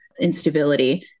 instability